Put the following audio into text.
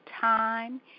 time